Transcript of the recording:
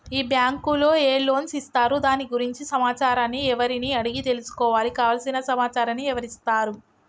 ఈ బ్యాంకులో ఏ లోన్స్ ఇస్తారు దాని గురించి సమాచారాన్ని ఎవరిని అడిగి తెలుసుకోవాలి? కావలసిన సమాచారాన్ని ఎవరిస్తారు?